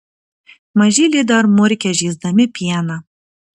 mažyliai dar murkia žįsdami pieną